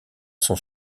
son